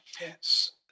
Yes